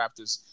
Raptors